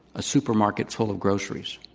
a supermarket full of groceries.